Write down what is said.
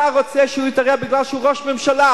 אתה רוצה שהוא יתערב מפני שהוא ראש הממשלה,